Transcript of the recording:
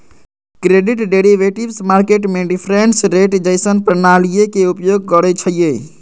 credit derivatives market में difference rate जइसन्न प्रणालीइये के उपयोग करइछिए